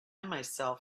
myself